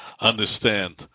understand